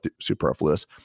superfluous